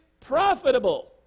profitable